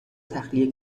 تخلیه